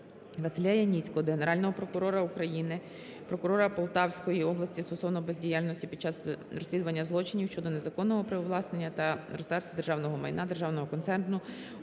Василя Яніцького до Генерального прокурора України, прокурора Полтавської області стосовно бездіяльності під час розслідування злочинів щодо незаконного привласнення та розтрати державного майна державного концерну